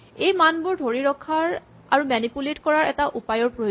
এই মানবোৰ ধৰি ৰখাৰ আৰু মেনিপুলেট কৰাৰ এটা উপায়ৰ প্ৰয়োজন